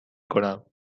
کنم